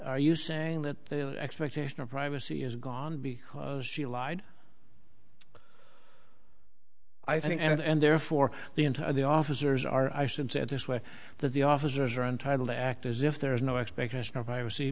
are you saying that the expectation of privacy is gone because she lied i think and therefore the entire the officers are i should say it this way that the officers are entitled to act as if there is no expectation of privacy